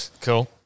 Cool